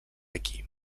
aquí